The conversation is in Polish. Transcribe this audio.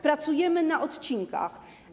Pracujemy na odcinkach.